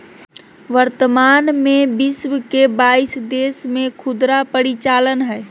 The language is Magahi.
वर्तमान में विश्व के बाईस देश में खुदरा परिचालन हइ